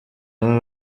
baba